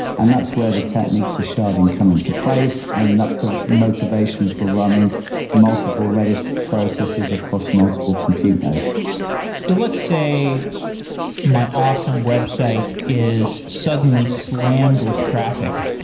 and that's where the technics of sharding come into place, and that's the motivation for running multiple redis processes across multiple compute nodes so let's say my awesome website is suddenly slammed with traffic,